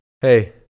Hey